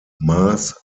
maas